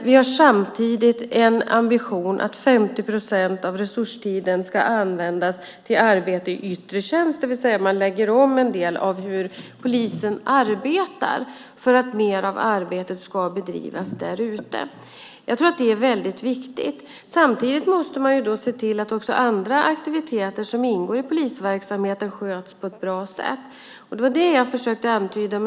Vi har samtidigt en ambition att 50 procent av resurstiden ska användas till arbete i yttre tjänst, det vill säga man lägger om en del av hur polisen arbetar för att mer av arbetet ska bedrivas där ute. Jag tror att det är viktigt. Samtidigt måste man se till att andra verksamheter som ingår i polisverksamheten sköts på ett bra sätt. Det var det jag försökte antyda.